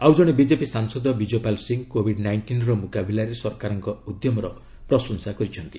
ଆଉଜଣେ ବିଜେପି ସାଂସଦ ବିଜୟପାଲ ସିଂ କୋବିଡ ନାଇଣ୍ଟିନ୍ର ମୁକାବିଲାରେ ସରକାରଙ୍କ ଉଦ୍ୟମର ପ୍ରଶଂସା କରିଛନ୍ତି